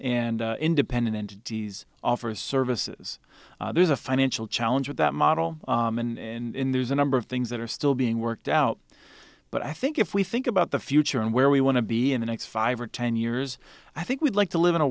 and independent entities offer services there's a financial challenge with that model in there's a number of things that are still being worked out but i think if we think about the future and where we want to be in the next five or ten years i think we'd like to live in a